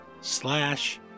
slash